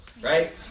Right